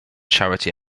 charity